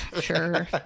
Sure